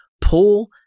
pull